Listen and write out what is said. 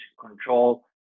control